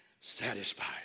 satisfied